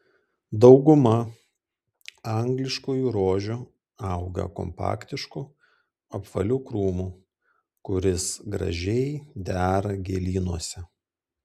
dauguma angliškųjų rožių auga kompaktišku apvaliu krūmu kuris gražiai dera gėlynuose